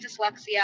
dyslexia